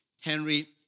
Henry